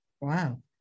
Wow